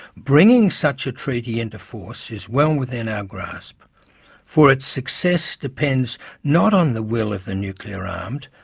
bringing such a treaty into force is well within our grasp for its success depends not on the will of the nuclear-armed,